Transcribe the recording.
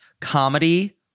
Comedy